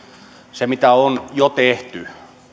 se mitä on jo tehty